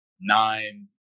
nine